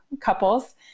couples